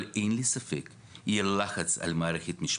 אבל אין לי ספק שיהיה לחץ על המערכת המשפטית,